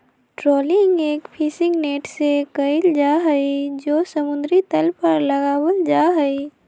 trawling एक fishing net से कइल जाहई जो समुद्र तल पर लगावल जाहई